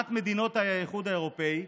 לעומת זאת במדינות האיחוד האירופי,